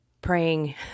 praying